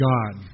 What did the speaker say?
God